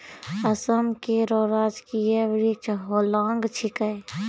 असम केरो राजकीय वृक्ष होलांग छिकै